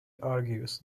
argues